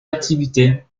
activités